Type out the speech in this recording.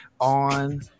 on